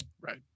Right